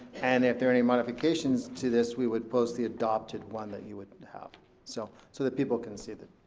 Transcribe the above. and if there any modifications to this we would post the adopted one that you would have so so that people can see that.